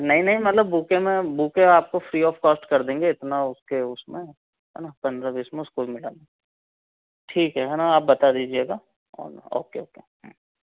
नहीं नहीं मतलब बुके में बुके आपको फ्री ऑफ कोस्ट कर देंगे इतना उसके उसमें है ना पंद्रह बीस में उसको में डाल ठीक है ना आप बता दीजिएगा ऑन ओके ओके